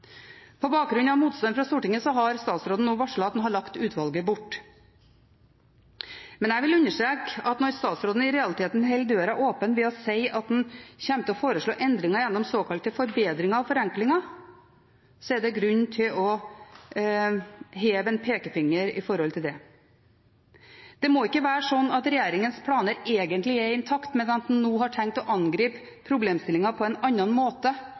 På bakgrunn av motstand fra Stortinget har statsråden nå varslet at han har lagt utvalget bort. Men jeg vil understreke at når statsråden i realiteten holder døra åpen ved å si at han kommer til å foreslå endringer gjennom såkalte forbedringer og forenklinger, er det grunn til å rette en pekefinger mot det. Det må ikke være slik at regjeringens planer egentlig er intakte, men at en nå har tenkt å angripe problemstillingen på annen måte